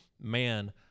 man